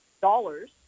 dollars